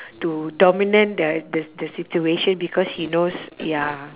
to dominant the the the situation because he knows ya